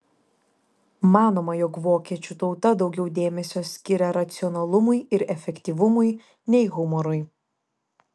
manoma jog vokiečių tauta daugiau dėmesio skiria racionalumui ir efektyvumui nei humorui